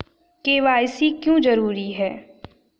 KYC क्यों जरूरी है?